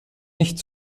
nicht